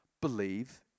believe